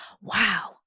wow